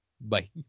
Bye